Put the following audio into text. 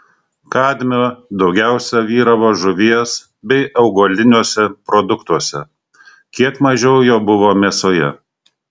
kadmio daugiausiai vyravo žuvies bei augaliniuose produktuose kiek mažiau jo buvo mėsoje